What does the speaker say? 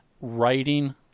writing